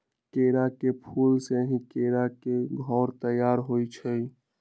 केरा के फूल से ही केरा के घौर तइयार होइ छइ